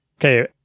Okay